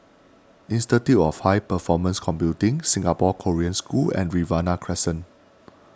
Institute of High Performance Computing Singapore Korean School and Riverina Crescent